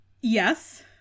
yes